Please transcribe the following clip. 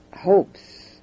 hopes